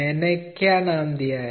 मैंने क्या नाम दिया है